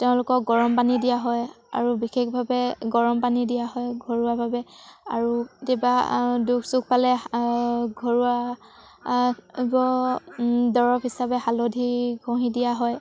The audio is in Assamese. তেওঁলোকক গৰমপানী দিয়া হয় আৰু বিশেষভাৱে গৰমপানী দিয়া হয় ঘৰুৱাভাৱে আৰু কেতিয়াবা দুখ চুখ পালে ঘৰুৱা দৰৱ হিচাপে হালধি ঘঁহি দিয়া হয়